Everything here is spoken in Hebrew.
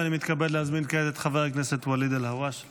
אני מתכבד להזמין כעת את חבר הכנסת ואליד אלהואשלה